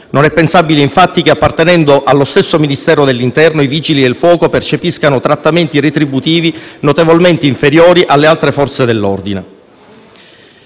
Non è pensabile infatti che appartenendo allo stesso Ministero dell'interno, i Vigili del fuoco percepiscano trattamenti retributivi notevolmente inferiori alle altre Forze dell'ordine.